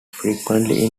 frequently